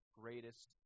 greatest